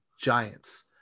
Giants